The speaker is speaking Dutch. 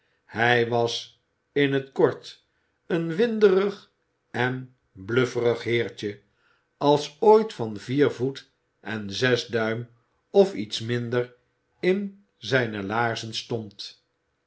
hij was in t kort een winderig en blufferig heertje als ooit van vier voet en zes duim of iets minder in zijne laarzen stond